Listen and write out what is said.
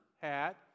hat